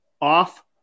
off